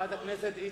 חברי הכנסת איציק,